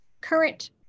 current